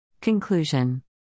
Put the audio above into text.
Conclusion